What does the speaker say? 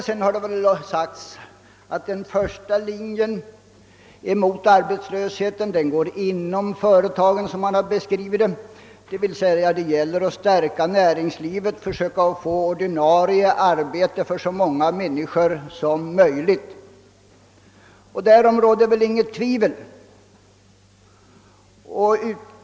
Det har vidare sagts att den första linjen mot arbetslösheten går inom fö retagen. Det gäller alltså att stärka näringslivet för att försöka få ordinarie arbete för så många människor som möjligt. Att detta är riktigt råder det väl inte heller något tvivel om.